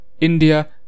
India